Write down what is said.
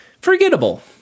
Forgettable